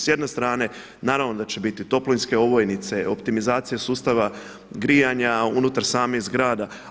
S jedne strane naravno da će biti toplinske ovojnice, optimizacija sustava grijanja unutar samih zgrada.